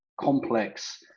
complex